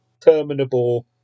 Terminable